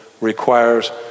requires